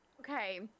Okay